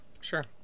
Sure